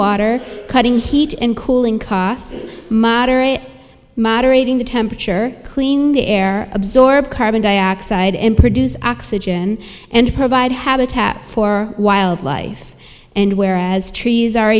water cutting heat and cooling costs moderating the temperature clean the air absorb carbon dioxide and produce oxygen and provide habitat for wildlife and whereas trees are